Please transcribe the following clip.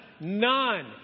None